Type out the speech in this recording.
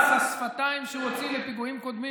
מס השפתיים שהוא נתן בפיגועים קודמים,